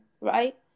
right